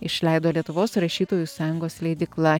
išleido lietuvos rašytojų sąjungos leidykla